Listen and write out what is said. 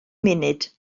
munud